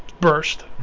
burst